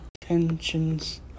tensions